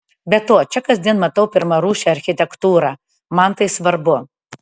be to čia kasdien matau pirmarūšę architektūrą man tai svarbu